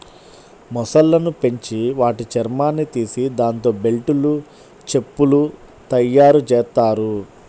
మొసళ్ళను పెంచి వాటి చర్మాన్ని తీసి దాంతో బెల్టులు, చెప్పులు తయ్యారుజెత్తారు